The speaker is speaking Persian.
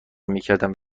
میکردند